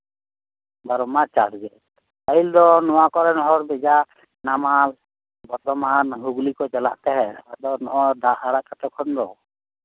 ᱵᱟᱨᱚᱢᱟᱥ ᱪᱟᱥᱜᱮ ᱯᱟᱹᱦᱤᱞ ᱫᱚ ᱱᱚᱣᱟ ᱠᱚᱨᱮᱱ ᱦᱚᱲ ᱵᱮᱡᱟᱭ ᱱᱟᱢᱟᱞ ᱵᱚᱨᱫᱷᱚᱢᱟᱱ ᱦᱩᱜᱽᱞᱤ ᱠᱚ ᱪᱟᱞᱟᱜ ᱛᱮ ᱟᱫᱚ ᱫᱟᱜ ᱵᱟᱠᱚ ᱟᱲᱟᱜ ᱠᱟᱜ ᱛᱚᱠᱷᱚᱱ ᱫᱚ